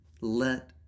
Let